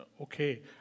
okay